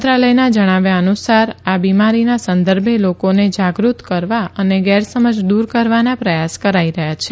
મંત્રાલયના જણાવ્યા અનુસાર આ બીમારીના સંદર્ભે લોકોને જાગૃત કરવા અને ગેરસમજ દૂર કરવાના પ્રયાસ કરાઈ રહ્યા છે